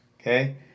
Okay